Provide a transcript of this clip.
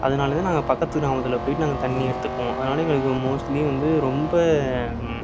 அதனால் தான் நாங்கள் பக்கத்துக்கு கிராமத்தில் போயிட்டு நாங்கள் தண்ணி எடுத்துக்குவோம் அதனால் எங்களுக்கு மோஸ்ட்லி வந்து ரொம்ப